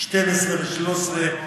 12 ו-13,